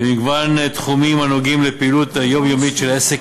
במגוון תחומים הנוגעים לפעילות היומיומית של העסק,